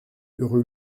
rue